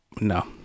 No